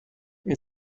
این